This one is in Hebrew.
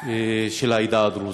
של העדה הדרוזית.